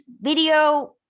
video